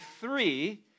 three